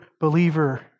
believer